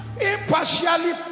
impartially